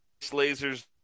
lasers